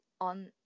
on